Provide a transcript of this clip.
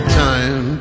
time